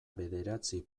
bederatzi